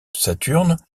saturne